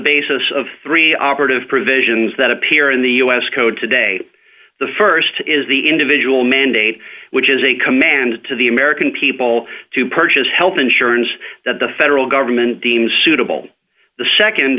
basis of three operative provisions that appear in the us code today the st is the individual mandate which is a command to the american people to purchase health insurance that the federal government deems suitable the